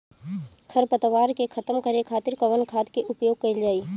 खर पतवार के खतम करे खातिर कवन खाद के उपयोग करल जाई?